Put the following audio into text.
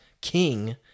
king